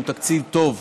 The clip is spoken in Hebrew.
הוא תקציב טוב.